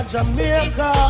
Jamaica